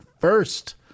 first